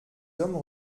hommes